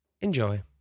Enjoy